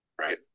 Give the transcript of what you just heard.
right